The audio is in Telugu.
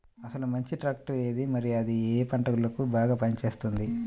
అసలు మంచి ట్రాక్టర్ ఏది మరియు అది ఏ ఏ పంటలకు బాగా పని చేస్తుంది?